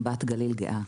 גאה.